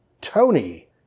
Tony